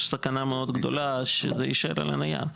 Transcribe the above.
יש סכנה מאוד גדולה שזה יישאר על הנייר.